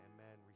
Amen